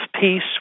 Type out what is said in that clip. peace